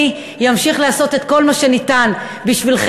אני אמשיך לעשות את כל מה שניתן בשבילכם.